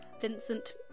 Vincent